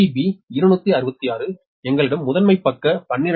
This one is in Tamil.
வி பி 266 எங்களிடம் முதன்மைப் பக்கம் 12